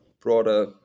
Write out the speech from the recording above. broader